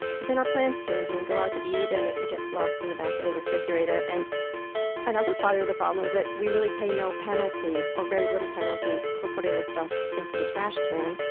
but then our plans change and we go out to eat and it it gets lost in the back of the refrigerator and another part of the problem is that we really pay no penalty, or very little penalty, for putting the stuff into the trash can.